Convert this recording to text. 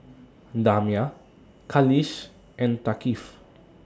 Damia Khalish and Thaqif